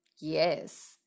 Yes